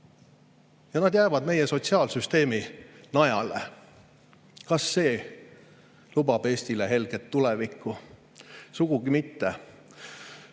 Ja nad jäävad meie sotsiaalsüsteemi najale. Kas see lubab Eestile helget tulevikku? Sugugi mitte.